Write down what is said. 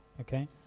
Okay